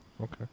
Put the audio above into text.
Okay